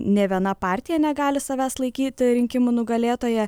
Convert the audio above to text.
nė viena partija negali savęs laikyti rinkimų nugalėtoja